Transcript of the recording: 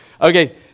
Okay